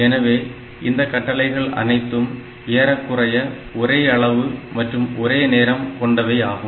எனவே இந்த கட்டளைகள் அனைத்தும் ஏறக்குறைய ஒரே அளவு மற்றும் ஒரே நேரம் கொண்டவை ஆகும்